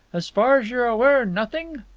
as far as you are aware, nothing?